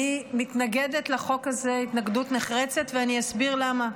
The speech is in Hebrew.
אני מתנגדת לחוק הזה התנגדות נחרצת ואני אסביר למה.